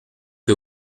que